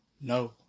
no